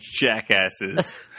jackasses